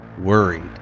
worried